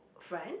friends